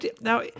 Now